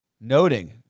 noting